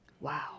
Wow